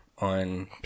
on